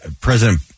president